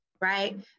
Right